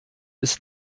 ist